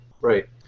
Right